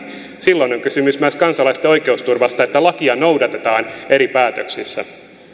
silloin on kysymys myös kansalaisten oikeusturvasta että lakia noudatetaan eri päätöksissä